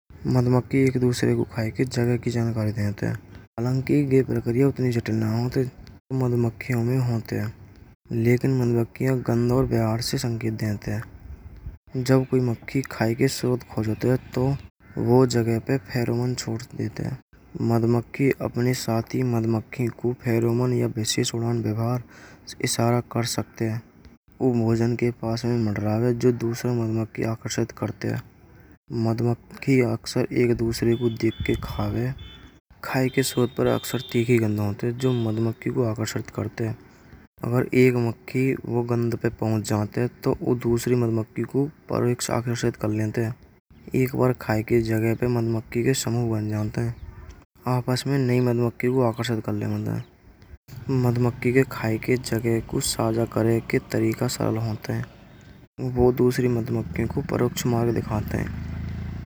मधुमक्खी एक दूसरे को खाए की जगह की जानकारी देत है। हालांकि के प्रकरिया उतानी जटिल न होत है। मधुमक्खी में होत है। लेकिन मधुमक्खी गंध और व्यवहार से संकेत देते हैं। जब कोई मक्खी खाए के शोध खो जात हैं। तो वाह जगह पर पहरेवान छोड़ देते हैं। मधुमक्खी अपने साथी मधुमक्खी को है। पहरवान या विशेष उड़ान व्यवहार इशारा कर सकते हैं। वह भोजन के पास में मरदारे। जो दूसरे मधुमक्खी आकर्षित करते हैं। मधुमक्खी अक्सर एक दूसरे को देख कर खावे। खाइ के अक्सर शोध पर शक्ति की गंध होते हैं। जो मधुमक्खी को आकर्षित करते हैं। अगर एक मक्खी वाह गंध पर पहुंच जाते। तो वाह दूसरी मालूमकती को परोक्षित कर लेते हैं। एक बार कहे की जगह पर मधुमक्खी के समूह वण जानते हैं। आपस में नयी मधुमक्खी को आकर्षण कर लेते हैं। मधुमक्खी के खाई के तरीका कुछ सहज होत है। वह दूसरी मधुमक्खी को परोक्ष मार्ग दिखाते हैं।